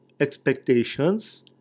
expectations